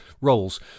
roles